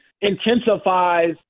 intensifies